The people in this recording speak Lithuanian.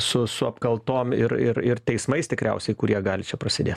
su su apkaltom ir ir ir teismais tikriausiai kurie gali čia prasidėt